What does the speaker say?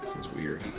that's weird.